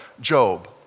Job